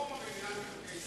הרפורמה במינהל מקרקעי ישראל.